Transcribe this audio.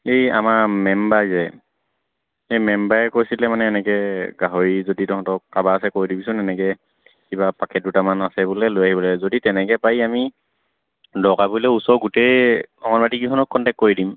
এই আমাৰ মেম বাই যে এই মেমবায়ে কৈছিলে মানে এনেকৈ গাহৰি যদি তহঁতৰ কাৰোবাৰ আছে কৈ দিবিচোন এনেকৈ কিবা পাকেট দুটামান আছে বোলে লৈ আহিবি যদি তেনেকৈ পাৰি আমি দৰকাৰ পৰিলে ওচৰৰ গোটেই অংগনবাদীকেইখনক কণ্টেক্ট কৰি দিম